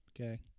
Okay